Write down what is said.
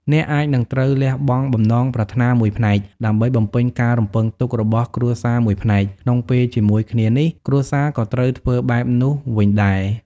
អ្នកអាចនឹងត្រូវលះបង់បំណងប្រាថ្នាមួយផ្នែក ដើម្បីបំពេញការរំពឹងទុករបស់គ្រួសារមួយផ្នែក ក្នុងពេលជាមួយគ្នានេះ គ្រួសារក៏ត្រូវធ្វើបែបនោះវិញដែរ។